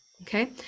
Okay